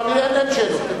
לא, אין שאלות.